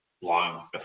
long